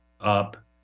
up